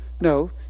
No